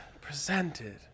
Presented